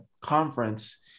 conference